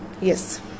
yes